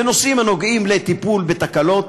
בנושאים הנוגעים בטיפול בתקלות,